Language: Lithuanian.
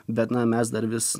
bet na mes dar vis